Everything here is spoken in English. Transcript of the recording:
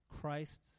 Christ